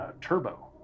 Turbo